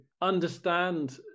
understand